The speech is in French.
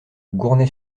gournay